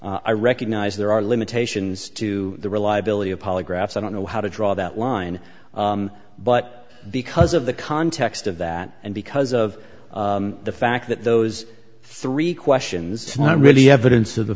briefed i recognize there are limitations to the reliability of polygraphs i don't know how to draw that line but because of the context of that and because of the fact that those three questions is not really evidence of the